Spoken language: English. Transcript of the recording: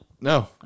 No